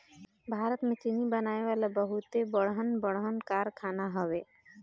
भारत में चीनी बनावे वाला बहुते बड़हन बड़हन कारखाना हवे